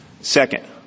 Second